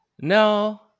No